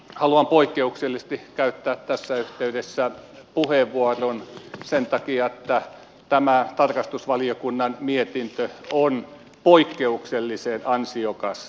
haluan poikkeuksellisesti käyttää tässä yhteydessä puheenvuoron sen takia että tämä tarkastusvaliokunnan mietintö on poikkeuksellisen ansiokas ja merkittävä